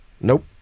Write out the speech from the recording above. nope